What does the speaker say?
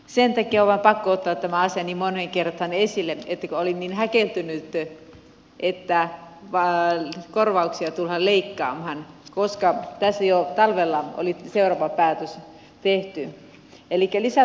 sen takia on vain pakko ottaa tämä asia niin moneen kertaan esille että olin niin häkeltynyt että korvauksia tullaan leikkaamaan koska tässä jo talvella oli seuraava päätös tehty